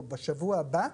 או בשבוע הבא,